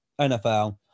NFL